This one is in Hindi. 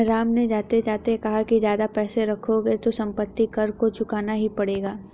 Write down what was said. राम ने जाते जाते कहा कि ज्यादा पैसे रखोगे तो सम्पत्ति कर तो चुकाना ही पड़ेगा